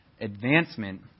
advancement